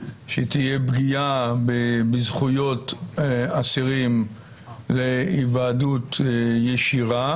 שתהיה פגיעה בזכויות אסירים להיוועדות ישירה